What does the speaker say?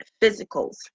physicals